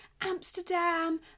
Amsterdam